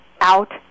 out